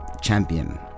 champion